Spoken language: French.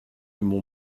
mon